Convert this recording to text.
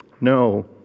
No